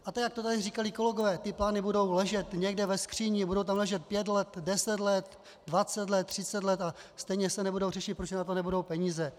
A to, jak to tady říkali kolegové, ty plány budou ležet někde ve skříni, budou tam ležet pět let, deset let, dvacet let, třicet let a stejně se nebudou řešit, protože na to nebudou peníze.